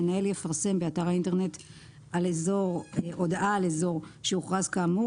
המנהל יפרסם באתר האינטרנט הודעה על אזור שהוכרז כאמור